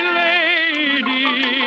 lady